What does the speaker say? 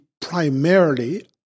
primarily